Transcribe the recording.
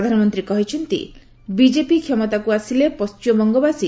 ପ୍ରଧାନମନ୍ତ୍ରୀ କହିଛନ୍ତି ବିକେପି କ୍ଷମତାକୁ ଆସିଲେ ପଣ୍ଟିମବଙ୍ଗବାସୀ